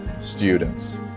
students